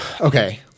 Okay